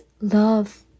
love